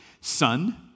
Son